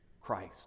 Christ